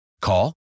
Call